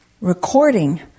recording